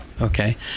Okay